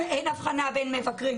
אין הבחנה בין מבקרים.